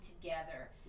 together